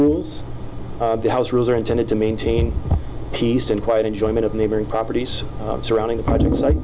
rules house rules are intended to maintain peace and quiet enjoyment of neighboring properties surrounding the project so i